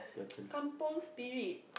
Kampung Spirit